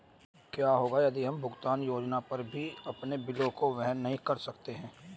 क्या होगा यदि हम भुगतान योजना पर भी अपने बिलों को वहन नहीं कर सकते हैं?